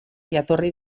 jatorri